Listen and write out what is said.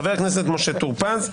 חבר הכנסת משה טור פז,